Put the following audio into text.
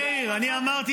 מאיר, אני אמרתי